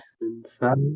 Inside